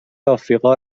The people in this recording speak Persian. افریقا